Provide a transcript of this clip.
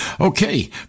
Okay